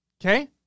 Okay